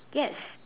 yes